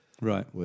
right